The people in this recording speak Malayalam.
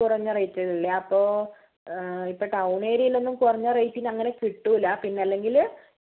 കുറഞ്ഞ റേറ്റിലുള്ളത് അപ്പോൾ ഇപ്പോൾ ടൗൺ ഏരിയയിലൊന്നും കുറഞ്ഞ റേറ്റിന് അങ്ങനെ കിട്ടില്ല ആ പിന്നെ അല്ലെങ്കിൽ